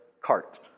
cart